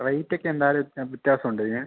റേറ്റൊക്കെ എന്തായാലും വ്യത്യാസമുണ്ടിതിന്